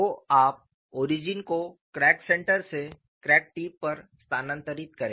तो आप ओरिजिन को क्रैक सेंटर से क्रैक टिप पर स्थानांतरित करें